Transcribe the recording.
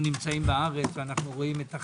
אנו רואים בארץ את החסר